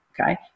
Okay